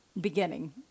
Beginning